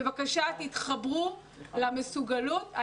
בבקשה, תתחברו למסוגלות.